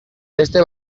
beste